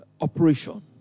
operation